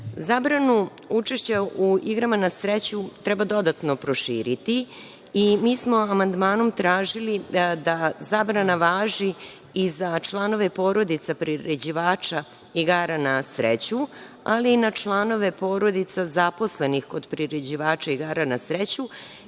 učešća u igrama na sreću treba dodatno proširiti i mi smo amandmanom tražili da zabrana važi i za članove porodica priređivača igara na sreću, ali i na članove porodica zaposlenih kod priređivača igara na sreću,